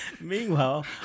Meanwhile